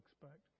expect